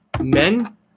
men